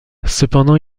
cependant